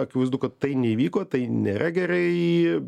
akivaizdu kad tai neįvyko tai nėra gerai